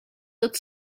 tot